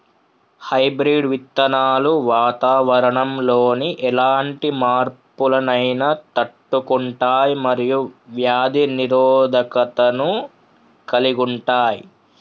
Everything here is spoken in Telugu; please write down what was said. హైబ్రిడ్ విత్తనాలు వాతావరణంలోని ఎలాంటి మార్పులనైనా తట్టుకుంటయ్ మరియు వ్యాధి నిరోధకతను కలిగుంటయ్